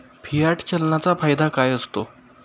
Fiat चलनाचा फायदा काय असतो?